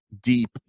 deep